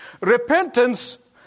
Repentance